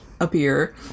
appear